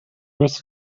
with